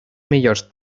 millors